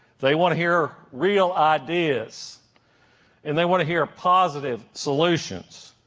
they want to hear real ideas and they want to hear positive solutions.